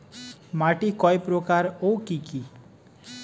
মাটি কয় প্রকার ও কি কি?